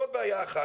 זאת בעיה אחת,